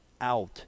out